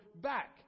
back